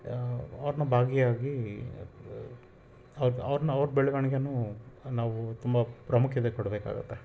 ಅವ್ರನ್ನ ಭಾಗಿಯಾಗಿ ಅವ್ರು ಅವ್ರ್ನ ಅವ್ರ ಬೆಳವಣ್ಗೆನೂ ನಾವು ತುಂಬ ಪ್ರಾಮುಖ್ಯತೆ ಕೊಡಬೇಕಾಗುತ್ತೆ